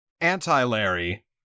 Anti-Larry